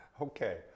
Okay